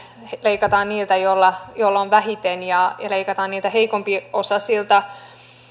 leikataan juuri niiltä joilla on vähiten ja leikataan niiltä heikompiosaisilta